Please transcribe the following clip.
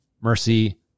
mercy